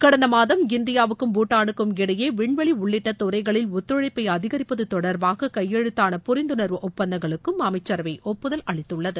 கடந்த மாதம் இந்தியாவுக்கும் பூடானுக்கும் இடையே விண்வெளி உள்ளிட்ட துறைகளில் ஒத்துழைப்பை அதிகிப்பது தொடர்பாக கையெழுத்தான புரிந்துணர்வு ஒப்பந்தங்களுக்கும் அமைச்சரவை ஒப்புதல் அளித்துள்ளது